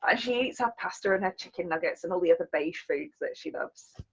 ah she eats her pasta and that chicken nuggets, and all the other beige foods that she loves,